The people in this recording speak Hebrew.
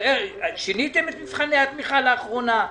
שיניתם את מבחני התמיכה לאחרונה?